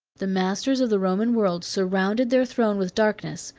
the masters of the roman world surrounded their throne with darkness,